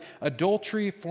adultery